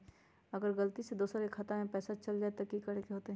अगर गलती से दोसर के खाता में पैसा चल जताय त की करे के होतय?